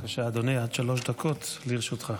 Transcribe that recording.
אדוני, עד שלוש דקות לרשותך.